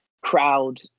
crowd